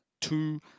two